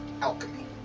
alchemy